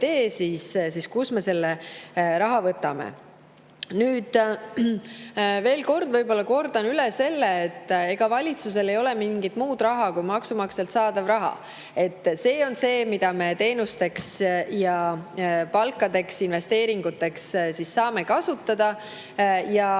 tee, siis kust me selle raha võtame. Nüüd, veel kord kordan üle: ega valitsusel ei ole mingit muud raha kui maksumaksjalt saadav raha. See on see, mida me teenusteks, palkadeks ja investeeringuteks saame kasutada.